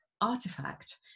artifact